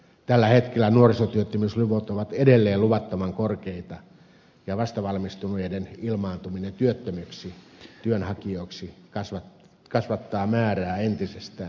tällä hetkellä nuorisotyöttömyysluvut ovat edelleen luvattoman korkeita ja vastavalmistuneiden ilmaantuminen työttömiksi työnhakijoiksi kasvattaa määrää entisestään näin keväällä